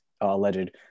alleged